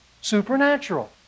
supernatural